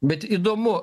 bet įdomu